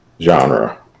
genre